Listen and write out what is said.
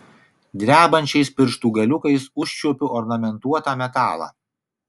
drebančiais pirštų galiukais užčiuopiu ornamentuotą metalą